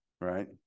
Right